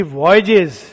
voyages